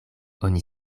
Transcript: oni